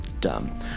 Dumb